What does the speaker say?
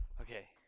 Okay